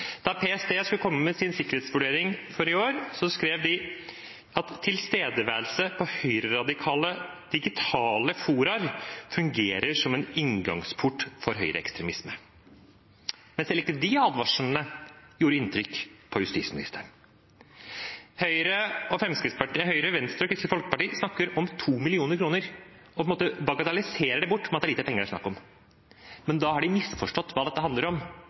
Da PST skulle komme med sin sikkerhetsvurdering for i år, skrev de at tilstedeværelse på høyreradikale digitale fora fungerer som en inngangsport til høyreekstremisme. Men selv ikke de advarslene gjorde inntrykk på justisministeren. Høyre, Venstre og Kristelig Folkeparti snakker om 2 mill. kr og på en måte bagatelliserer det bort med at det er lite penger det er snakk om. Men da har de misforstått hva dette handler om.